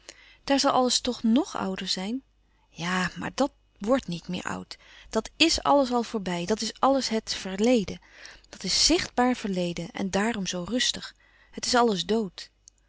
zal alles toch nog ouder zijn ja maar dàt wordt niet meer oud dat is alles al voorbij dat is alles het verleden dat is zichtbaar verleden en daarom zoo rustig het is alles dood